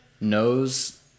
knows